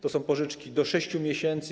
To są pożyczki do 6 miesięcy.